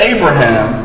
Abraham